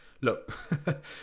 Look